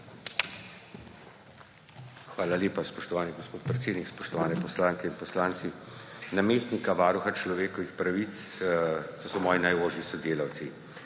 Hvala lepa, spoštovani gospod predsednik. Spoštovane poslanke in poslanci! Namestnika varuha človekovih pravic, to so moji najožji sodelavci.